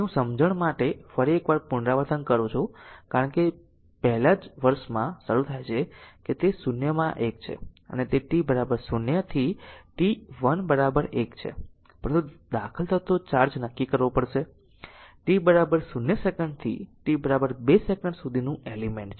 તેથી હું સમજણ માટે ફરી એક વાર પુનરાવર્તન કરું છું કારણ કે અને જો પહેલા જ વર્ષમાં શરૂ થાય છે કે તે 0 માં એક છે અને તે t 0 0 t 1 1 છે પરંતુ દાખલ થતો ચાર્જ નક્કી કરવો પડશે t 0 સેકંડથી t 2 સેકંડ સુધીનું એલિમેન્ટ